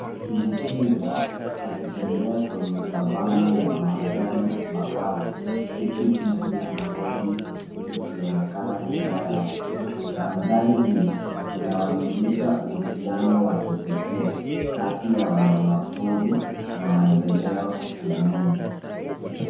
Ni twiga, akitembea kwenye savana ya majani makavu huku jiji la Nairobi likionekana nyuma yake. Mandhari hii, inawakilisha uhusiano wa kipekee kati ya wanyama pori na maendeleo ya miji.